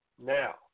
Now